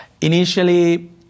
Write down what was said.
Initially